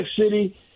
City